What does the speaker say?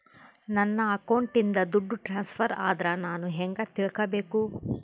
ನನ್ನ ಅಕೌಂಟಿಂದ ದುಡ್ಡು ಟ್ರಾನ್ಸ್ಫರ್ ಆದ್ರ ನಾನು ಹೆಂಗ ತಿಳಕಬೇಕು?